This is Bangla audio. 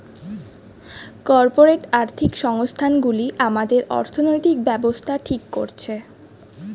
কর্পোরেট আর্থিক সংস্থান গুলি আমাদের অর্থনৈতিক ব্যাবস্থা ঠিক করছে